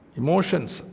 emotions